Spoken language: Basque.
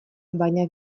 baina